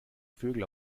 vögel